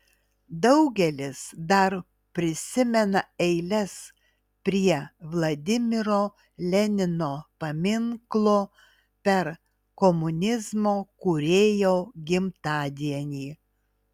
daugelis dar prisimena eiles prie vladimiro lenino paminklo per komunizmo kūrėjo gimtadienį